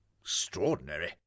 Extraordinary